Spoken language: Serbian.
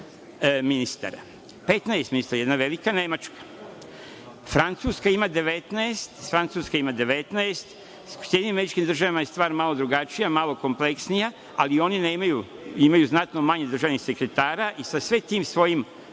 15 ministara jedna velika Nemačka, a Francuska ima 19. U SAD je stvar malo drugačija, malo kompleksnija, ali oni imaju znatno manje državnih sekretara i sa sve tim svojim